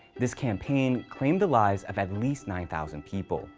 this campaign claimed the lives of at least nine thousand people.